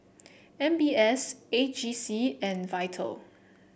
M B S A G C and Vital